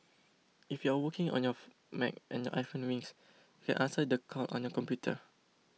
if you are working on your Mac and your iPhone rings you can answer the call on your computer